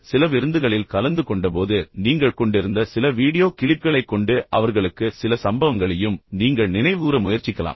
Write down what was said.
சில விருந்துகளில் கலந்து கொண்டபோது நீங்கள் கொண்டிருந்த சில வீடியோ கிளிப்களை அவர்களுக்குக் கவனித்தலை சில சம்பவங்களையும் நீங்கள் நினைவுகூர முயற்சிக்கலாம்